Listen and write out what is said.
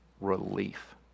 relief